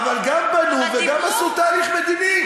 בנו, אבל גם בנו וגם עשו תהליך מדיני.